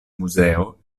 muzeo